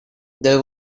there